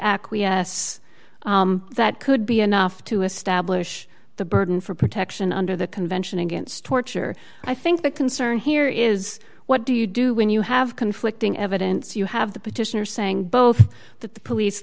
acquiesce that could be enough to establish the burden for protection under the convention against torture i think the concern here is what do you do when you have conflicting evidence you have the petitioner saying both that the police